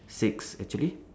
six actually